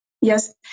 Yes